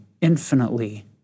infinitely